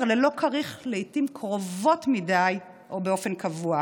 ללא כריך לעיתים קרובות מדי או באופן קבוע,